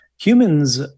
Humans